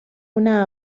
una